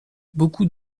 beaucoup